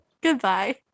Goodbye